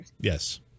Yes